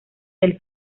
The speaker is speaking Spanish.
del